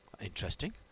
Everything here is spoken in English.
Interesting